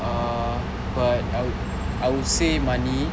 uh but I would I would say money